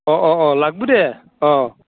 অঁ অঁ অঁ লাগিব দে অঁ